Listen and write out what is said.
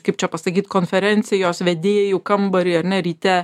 kaip čia pasakyt konferencijos vedėjų kambarį ar ne ryte